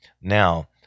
Now